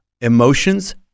emotions